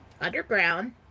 Underground